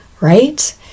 Right